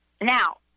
Now